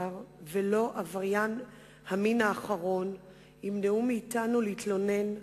לשעבר ולא עבריין המין האחרון ימנעו מאתנו להתלונן,